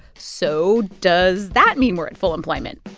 so does that mean we're and full employment?